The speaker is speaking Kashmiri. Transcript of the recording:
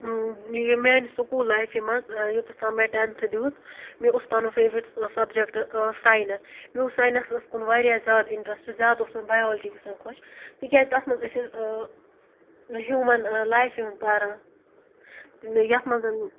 میانہِ سکوٗل لایفہِ منٛز یوتَتھ تام مےٚ ٹینتھ دیُت مےٚ اوس پَنُن فیورِٹ سَبجیکٹ ساٮٔنَس مےٚ اوس ساٮٔنَسس کُن واریاہ زیادٕ اِنٹرَسٹ زیادٕ اوس مےٚ بَیولجی گژھان خۄش تِکیازِ تَتھ منٛز ٲسۍ أسۍ ہیوٗمَن لایفہِ ہُند پَران یَتھ منٛز